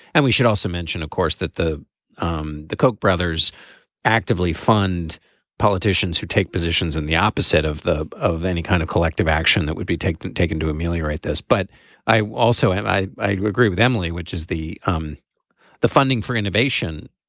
and we should also mention of course that the um the koch brothers actively fund politicians who take positions in the opposite of the. of any kind of collective action that would be taken and taken to ameliorate this. but i also am i i do agree with emily which is the um the funding for innovation.